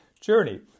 journey